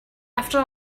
after